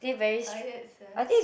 tired sia